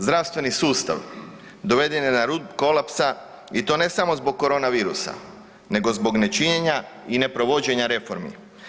Zdravstveni sustav doveden je na rub kolapsa i to ne samo zbog koronavirusa, nego zbog nečinjenja i neprovođenja reformi.